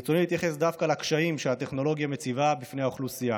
ברצוני להתייחס דווקא לקשיים שהטכנולוגיה מציבה בפני האוכלוסייה.